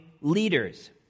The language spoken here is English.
leaders